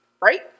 Right